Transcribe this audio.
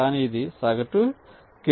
కానీ ఇది సగటు కేసు